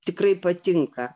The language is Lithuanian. tikrai patinka